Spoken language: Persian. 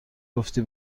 گفتی